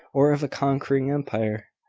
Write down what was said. or of a conquering empire,